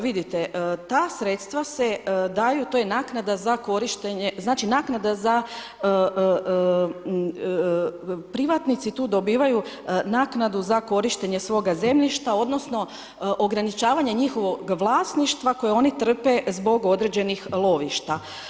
Vidite, ta sredstva se daju, to je naknada za korištenje, znači naknada za, privatnici tu dobivaju naknadu za korištenje svoga zemljišta odnosno ograničavanje njihovog vlasništva koje oni trpe zbog određenih lovišta.